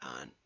on